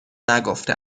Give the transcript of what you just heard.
نگفته